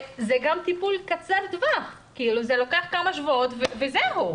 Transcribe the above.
על טיפול קצר טווח, זה לוקח כמה שבועות וזהו.